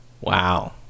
Wow